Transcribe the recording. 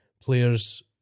players